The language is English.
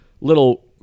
little